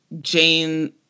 Jane